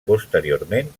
posteriorment